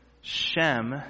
Shem